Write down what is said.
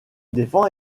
défend